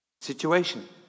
Situation